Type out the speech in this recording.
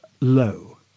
low